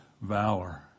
valor